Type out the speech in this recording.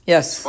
Yes